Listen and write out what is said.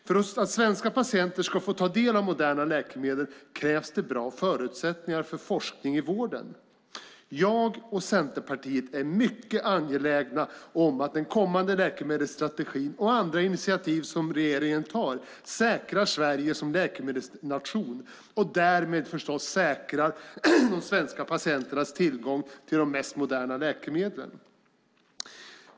För att svenska patienter ska få ta del av moderna läkemedel krävs det bra förutsättningar för forskning i vården. Jag och Centerpartiet är mycket angelägna om att den kommande läkemedelsstrategin och andra initiativ som regeringen tar säkrar Sverige som läkemedelsnation och därmed förstås säkrar de svenska patienternas tillgång till de mest moderna läkemedlen.